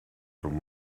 from